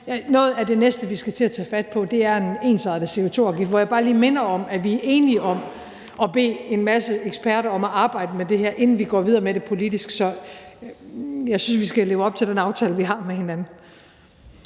noget af det næste, vi skal til at tage fat på, er en ensartet CO2-afgift, hvor jeg bare lige minder om, at vi er enige om at bede en masse eksperter om at arbejde med det her, inden vi går videre med det politisk. Så jeg synes, at vi skal leve op til den aftale, vi har med hinanden.